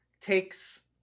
takes